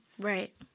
Right